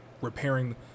repairing